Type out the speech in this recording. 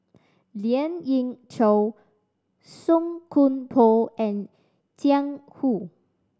Lien Ying Chow Song Koon Poh and Jiang Hu